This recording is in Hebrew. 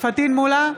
פטין מולא,